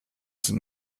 sind